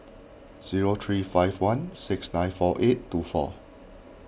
zero three five one six nine four eight two four